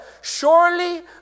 surely